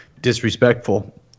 disrespectful